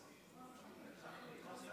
אני